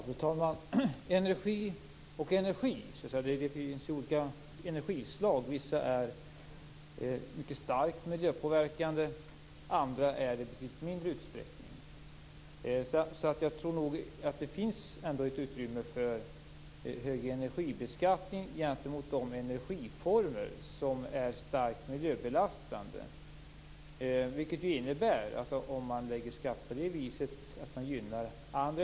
Fru talman! Det finns olika energislag. Vissa är mycket starkt miljöpåverkande, medan andra är det i mindre utsträckning. Jag tror att det finns utrymme för högre energibeskattning gentemot de energiformer som är starkt miljöbelastande. Det innebär att andra energiformer som inte är lika belastande gynnas.